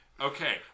Okay